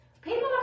people